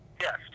Yes